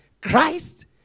Christ